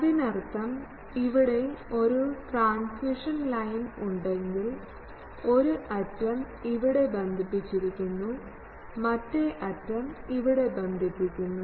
അതിനർത്ഥം ഇവിടെ ഒരു ട്രാൻസ്മിഷൻ ലൈൻ ഉണ്ടെങ്കിൽ ഒരു അറ്റം ഇവിടെ ബന്ധിപ്പിച്ചിരിക്കുന്നു മറ്റേ അറ്റം ഇവിടെ ബന്ധിപ്പിക്കുന്നു